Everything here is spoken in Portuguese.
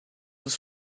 dos